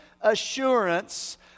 assurance